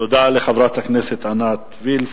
תודה לחברת הכנסת עינת וילף.